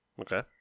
Okay